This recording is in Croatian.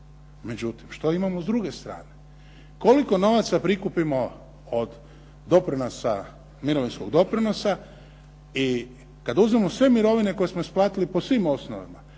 Međutim, što imamo s druge strane? Koliko novaca prikupimo od doprinosa, mirovinskog doprinosa i kad uzmemo sve mirovine koje smo isplatili po svim osnovama